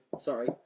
Sorry